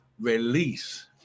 release